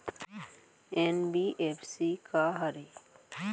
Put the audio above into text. NBFC का हरे?